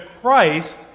Christ